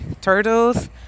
turtles